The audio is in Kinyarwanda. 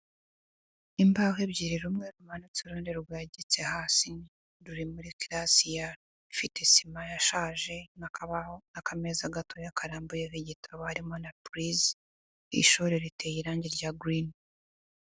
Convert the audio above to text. Imbaho ebyiri rumwe rumanutse uruhande rwegetse hasi, ruri muri kalase yabo ifite isima yashaje, nk'akabaho n'akameza gatoya karambuyeho igitabo hakaba harimo na purize, ishuri riteye irangi rya gurini.